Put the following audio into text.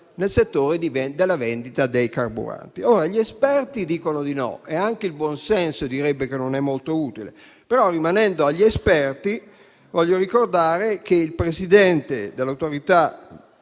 nel settore della vendita dei carburanti. Gli esperti dicono di no e anche il buon senso direbbe che non è molto utile; però, rimanendo agli esperti, voglio ricordare che il presidente dell'Autorità